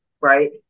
right